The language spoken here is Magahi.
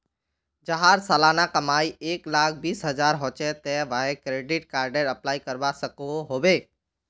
जहार सालाना कमाई एक लाख बीस हजार होचे ते वाहें क्रेडिट कार्डेर अप्लाई करवा सकोहो होबे?